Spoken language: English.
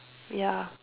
ya